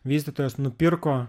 vystytojas nupirko